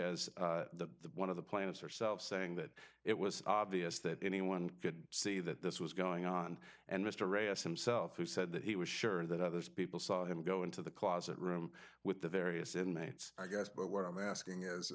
as the one of the planet's herself saying that it was obvious that anyone could see that this was going on and mr ray asked himself who said that he was sure that others people saw him go into the closet room with the various inmates i guess but what i'm asking is